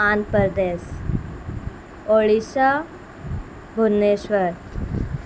Andhra Pradesh Orissa Bhubaneswar